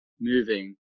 moving